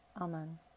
Amen